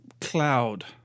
cloud